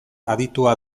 aditua